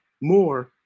more